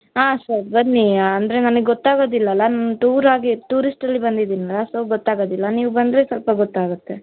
ಹಾಂ ಸರ್ ಬನ್ನಿ ಅಂದರೆ ನನಗೆ ಗೊತ್ತಾಗೋದಿಲ್ಲಲ್ಲ ನಾನು ಟೂರಾಗಿ ಟೂರಿಸ್ಟಲ್ಲಿ ಬಂದಿದ್ದೀನಲ್ಲ ಸೊ ಗೊತ್ತಾಗೋದಿಲ್ಲ ನೀವು ಬಂದರೆ ಸ್ವಲ್ಪ ಗೊತ್ತಾಗುತ್ತೆ